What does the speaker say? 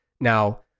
Now